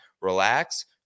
relax